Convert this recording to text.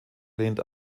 lehnt